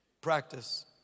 Practice